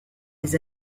des